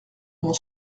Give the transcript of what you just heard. mon